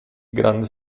grande